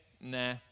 Nah